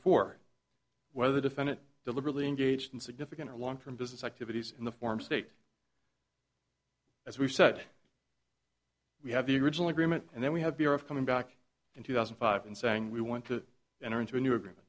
for whether the defendant deliberately engaged in significant or long term business activities in the form state as we've said we have the original agreement and then we have beer of coming back in two thousand and five and saying we want to enter into a new agreement